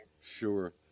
Sure